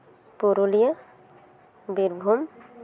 Purulia Birbhum